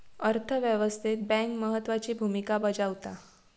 अर्थ व्यवस्थेत बँक महत्त्वाची भूमिका बजावता